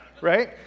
right